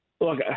look